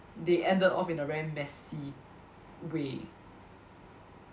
they ended off in a very messy way